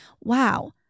wow